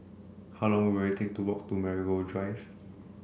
how long will it take to walk to Marigold Drive